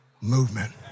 movement